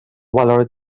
valor